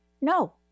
No